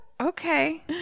Okay